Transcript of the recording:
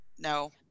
No